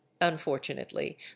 UNFORTUNATELY